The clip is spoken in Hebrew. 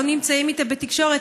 לא נמצאים איתה בתקשורת.